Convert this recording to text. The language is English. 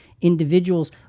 individuals